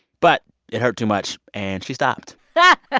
but it hurt too much, and she stopped yeah ah